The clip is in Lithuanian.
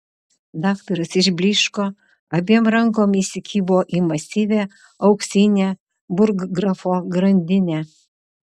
daktaras išblyško abiem rankom įsikibo į masyvią auksinę burggrafo grandinę